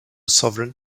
sovereign